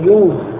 use